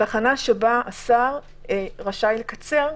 שבה השר רשאי לקצר?